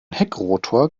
heckrotor